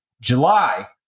July